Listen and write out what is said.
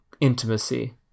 intimacy